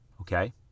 okay